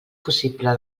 possible